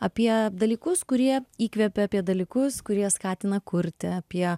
apie dalykus kurie įkvepia apie dalykus kurie skatina kurti apie